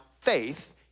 faith